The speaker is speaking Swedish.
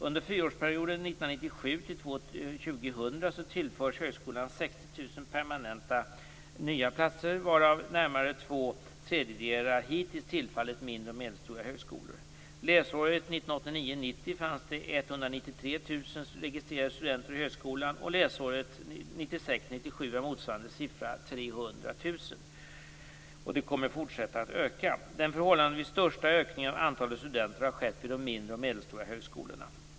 Under fyraårsperioden 1997-2000 tillförs högskolan 60 000 permanenta nya platser, varav närmare två tredjedelar hittills tillfallit mindre och medelstora högskolor. Läsåret 1989 97 var motsvarande siffra 300 000. Och den kommer att fortsätta att öka. Den förhållandevis största ökningen av antalet studenter har skett vid de mindre och medelstora högskolorna.